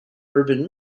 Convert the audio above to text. urban